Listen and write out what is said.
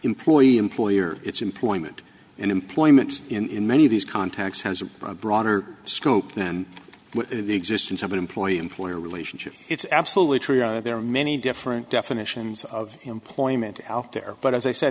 employee employer it's employment and employment in many of these contacts has a broader scope than the existence of an employee employer relationship it's absolutely true there are many different definitions of employment out there but as i said